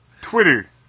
Twitter